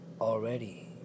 already